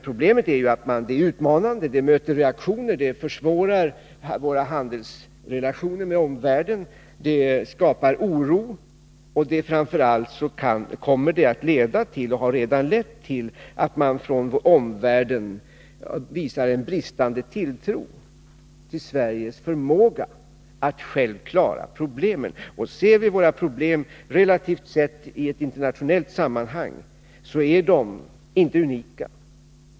Problemet är att åtgärden är utmanande, medför reaktioner, försvårar våra handelsrelationer med omvärlden och skapar oro. Framför allt kommer det att leda till — och har redan lett till — att omvärlden visar brist på tilltro till Sveriges förmåga att självt klara problemen. Ser vi våra problem i ett internationellt sammanhang, finner vi att de inte är unika.